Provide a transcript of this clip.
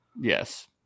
Yes